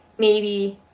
maybe